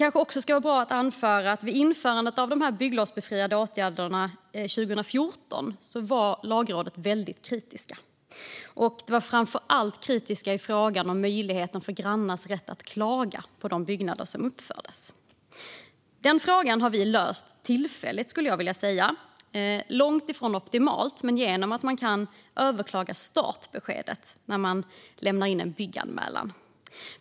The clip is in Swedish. Det kanske är bra att framhålla att vid införandet av bygglovsbefriade komplementbyggnader 2014 var Lagrådet väldigt kritiskt, framförallt i fråga om grannars möjlighet att klaga på de byggnader som uppfördes. Den frågan har vi löst - tillfälligt och långt ifrån optimalt, skulle jag vilja säga, men ändå - genom att man nu kan överklaga startbeskedet när en bygganmälan lämnas in.